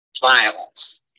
violence